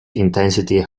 intensity